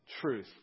truth